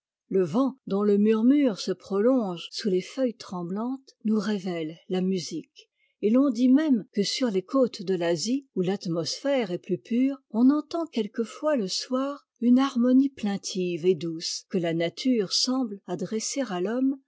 le vent dont le murmure se prolonge sous tes feuilles tremblantes nous révèle la musique et l'on dit même que sur les côtes de l'asie où l'atmosphère est plus pure on entend quelquefois le soir une harmonie plaintive et douce que la nature semble adresser à l'homme